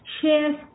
shares